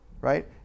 right